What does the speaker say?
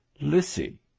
Lissy